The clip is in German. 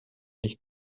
nicht